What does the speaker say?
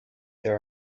there